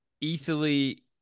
easily